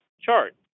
chart